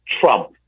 Trump